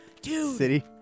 city